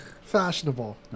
Fashionable